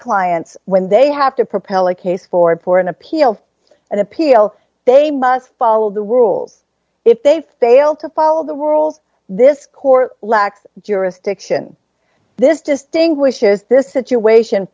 clients when they have to propel a case for important appeals an appeal they must follow the rules if they fail to follow the world this court lacked jurisdiction this distinguishes this situation